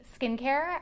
skincare